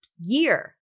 year